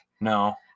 no